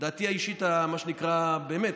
דעתי האישית, מה שנקרא, באמת,